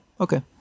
Okay